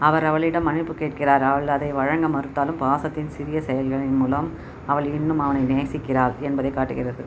அவர் அவளிடம் மன்னிப்புக் கேட்கிறார் அவள் அதை வழங்க மறுத்தாலும் பாசத்தின் சிறிய செயல்களின் மூலம் அவள் இன்னும் அவனை நேசிக்கிறாள் என்பதைக் காட்டுகிறது